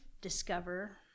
discover